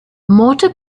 motor